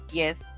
yes